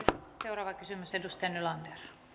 seuraava kysymys edustaja nylander